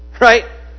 right